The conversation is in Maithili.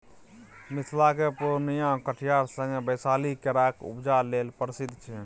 मिथिलाक पुर्णियाँ आ कटिहार संगे बैशाली केराक उपजा लेल प्रसिद्ध छै